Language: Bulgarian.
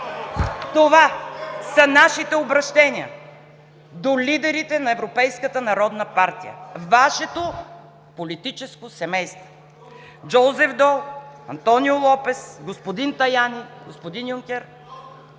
Това са нашите обръщения до лидерите на Европейската народна партия (показва ги) – Вашето политическо семейство, Жозеф Дол, Антонио Лопес, господин Таяни, господин Юнкер,